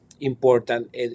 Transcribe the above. important